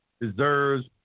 deserves